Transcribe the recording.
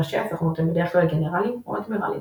ראשי הסוכנות הם בדרך כלל גנרלים או אדמירלים.